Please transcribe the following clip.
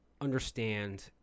understand